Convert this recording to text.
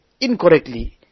incorrectly